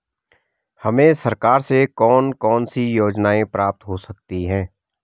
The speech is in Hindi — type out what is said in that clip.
हमें सरकार से कौन कौनसी योजनाएँ प्राप्त हो सकती हैं?